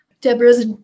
deborah's